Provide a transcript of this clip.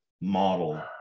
model